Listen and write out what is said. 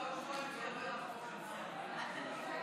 חברי כנסת של הקואליציה, הייתה